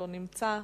לא נמצא,